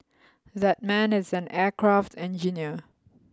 that man is an aircraft engineer